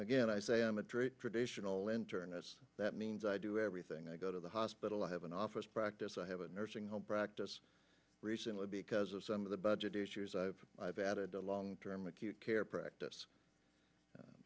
again i say i'm a drake traditional internist that means i do everything i go to the hospital i have an office practice i have a nursing home practice recently because of some of the budget issues i've i've added a long term acute care practice